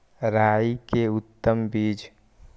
राई के उतम बिज?